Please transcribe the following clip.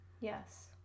yes